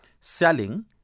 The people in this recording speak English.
selling